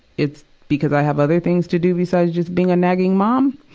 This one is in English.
it's because i have other things to do besides just being a nagging mom.